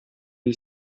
gli